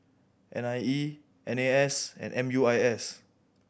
N I E N A S and M U I S